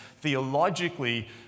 theologically